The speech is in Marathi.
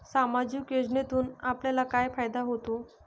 सामाजिक योजनेतून आपल्याला काय फायदा होतो?